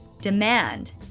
demand